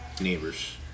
neighbors